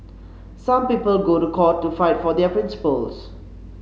some people go to court to fight for their principles